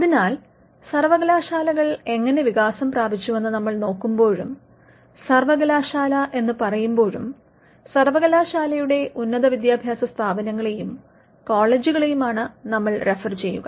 അതിനാൽ സർവ്വകലാശാലകൾ എങ്ങനെ വികാസം പ്രാപിച്ചുവെന്ന് നമ്മൾ നോക്കുമ്പോഴും സർവകലാശാല എന്ന് പറയുമ്പോഴും സർവ്വകലാശാലയുടെ ഉന്നത വിദ്യാഭ്യാസ സ്ഥാപനങ്ങളെയും കോളേജുകളെയുമാണ് നമ്മൾ റഫർ ചെയ്യുക